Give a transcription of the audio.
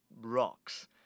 rocks